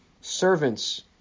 servants